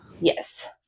Yes